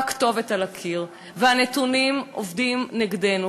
הכתובת היא על הקיר והנתונים עובדים נגדנו.